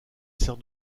sert